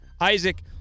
Isaac